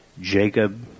Jacob